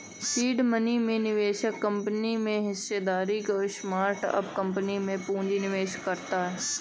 seed money में निवेशक कंपनी में हिस्सेदारी में स्टार्टअप कंपनी में पूंजी का निवेश करता है